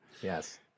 Yes